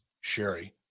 Sherry